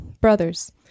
Brothers